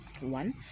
one